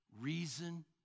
reason